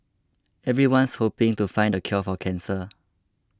everyone's hoping to find the cure for cancer